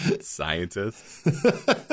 Scientists